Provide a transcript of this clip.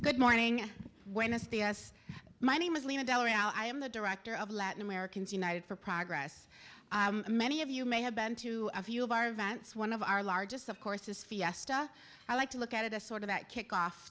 good morning when it's the us my name is lena del rio i am the director of latin americans united for progress many of you may have been to a few of our events one of our largest of course is fiesta i like to look at it as sort of that kickoff